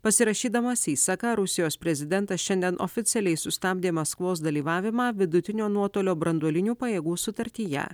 pasirašydamas įsaką rusijos prezidentas šiandien oficialiai sustabdė maskvos dalyvavimą vidutinio nuotolio branduolinių pajėgų sutartyje